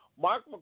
Mark